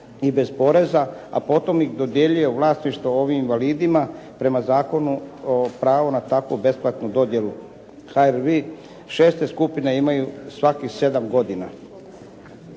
i bez poreza, a potom ih dodjeljuje u vlasništvo ovim invalidima prema zakonu o pravu na takvu besplatnu dodjelu. HRVI IV skupine imaju svaki sedam godina.